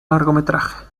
largometraje